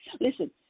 Listen